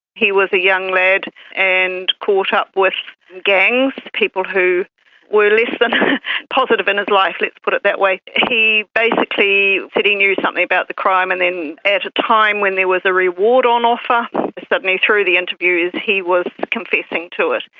he was a young lad and caught up with gangs, people who were less than positive in his life, let's put it that way. he basically said he knew something about the crime and at a time when there was a reward on offer, and suddenly through the interviews he was confessing to it.